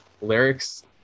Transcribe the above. lyrics